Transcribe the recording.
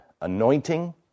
anointing